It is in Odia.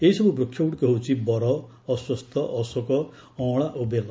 ଏହିସବୁ ବୃକ୍ଷଗୁଡ଼ିକ ହେଉଛି ବର ଅଶ୍ୱତ୍ଥ ଅଶୋକ ଅଁଳା ଓ ବେଲ